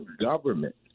government